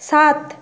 সাথ